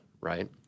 right